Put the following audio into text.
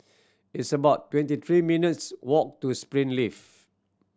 it's about twenty three minutes' walk to Springleaf